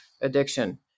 addiction